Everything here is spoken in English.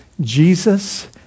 Jesus